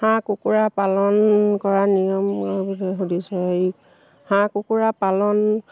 হাঁহ কুকুৰা পালন কৰা নিয়মৰ বিষয়ে সুধিছে হাঁহ কুকুৰা পালন